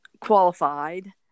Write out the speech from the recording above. qualified